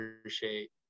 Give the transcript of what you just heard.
appreciate